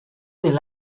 del